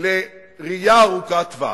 לראייה ארוכת טווח,